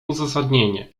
uzasadnienie